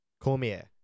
Cormier